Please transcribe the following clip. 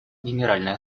генеральной